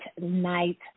night